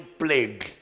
plague